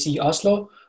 Oslo